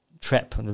trip